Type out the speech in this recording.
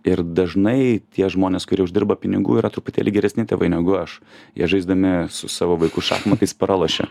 ir dažnai tie žmonės kurie uždirba pinigų yra truputėlį geresni tėvai negu aš jie žaisdami su savo vaiku šachmatais pralošia